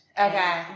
Okay